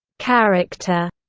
character,